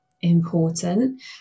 important